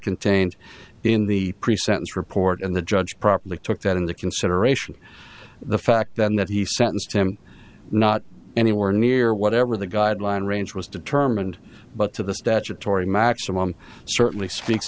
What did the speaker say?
contained in the pre sentence report and the judge properly took that into consideration the fact that he sentenced him not anywhere near whatever the guideline range was determined but to the statutory maximum certainly speaks